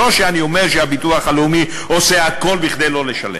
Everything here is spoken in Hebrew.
לא שאני אומר שהביטוח הלאומי עושה הכול כדי לא לשלם,